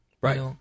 Right